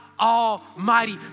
Almighty